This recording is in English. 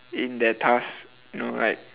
in their tasks you know like